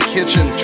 Kitchen